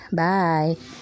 bye